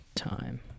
time